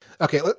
Okay